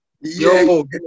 yo